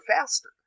faster